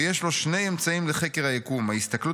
ויש לו שני אמצעים לחקר היקום: ההסתכלות